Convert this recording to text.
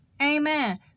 Amen